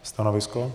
Stanovisko?